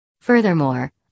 Furthermore